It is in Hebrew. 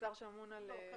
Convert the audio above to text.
לשר שאמון, שאחראי על זה.